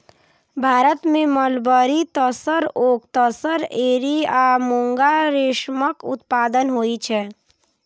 भारत मे mulberry, tasar, oak tasar, eri आ मूंगा रेशमक उत्पादन होइ छै